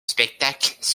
spectacle